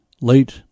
late